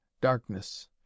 darkness